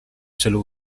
celu